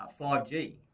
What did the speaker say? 5G